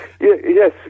yes